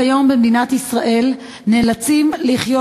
כיום הנכים במדינת ישראל נאלצים לחיות